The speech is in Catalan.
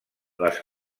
les